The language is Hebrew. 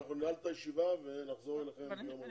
אנחנו ננעל את הישיבה ונחזור אליכם ביום רביעי.